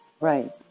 Right